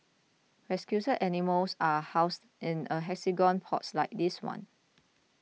rescued animals are housed in hexagonal pods like this one